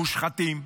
מושחתים,